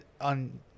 on